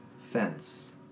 fence